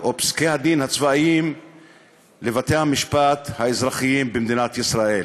או פסקי-הדין הצבאיים לבתי-המשפט האזרחיים במדינת ישראל.